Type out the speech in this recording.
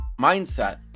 mindset